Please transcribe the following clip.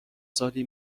سالی